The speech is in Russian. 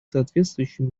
соответствующим